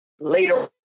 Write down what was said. later